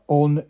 on